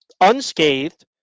unscathed